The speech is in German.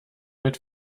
mit